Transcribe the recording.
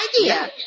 idea